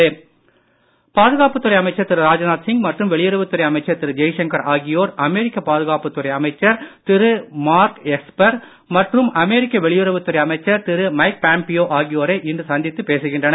வெளியுறவு பாதுகாப்புத்துறை அமைச்சர் திரு ராஜ்நாத் சிங் மற்றும் வெளியுறவுத்துறை அமைச்சர் திரு ஜெய்சங்கர் ஆகியோர் அமெரிக்க பாதுகாப்புத்துறை அமைச்சர் திரு மார்க் எஸ்பர் மற்றும் அமெரிக்க வெளியுறவுத்துறை அமைச்சர் திரு மைக் பாம்பியோ ஆகியோரை இன்று சந்தித்து பேசுகின்றனர்